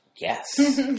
Yes